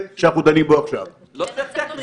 אנחנו עובדים בצמוד לרשות האוכלוסין,